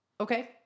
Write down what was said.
Okay